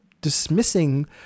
dismissing